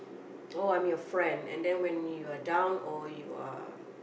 oh I'm your friend and then when you are down or you are